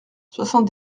soixante